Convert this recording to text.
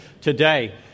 today